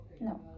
no